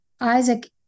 Isaac